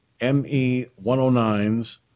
ME-109s